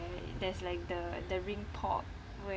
where there's like the the ring pop